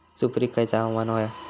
सुपरिक खयचा हवामान होया?